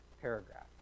paragraph